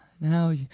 now